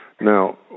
now